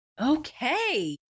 Okay